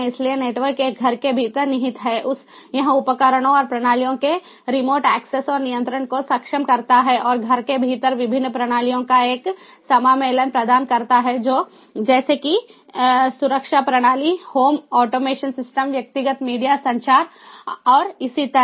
इसलिए नेटवर्क एक घर के भीतर निहित है यह उपकरणों और प्रणालियों के रिमोट एक्सेस और नियंत्रण को सक्षम करता है और घर के भीतर विभिन्न प्रणालियों का एक समामेलन प्रदान करता है जैसे कि सुरक्षा प्रणाली होम ऑटोमेशन सिस्टम व्यक्तिगत मीडिया संचार और इसी तरह